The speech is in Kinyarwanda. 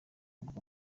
murwa